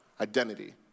identity